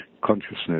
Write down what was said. consciousness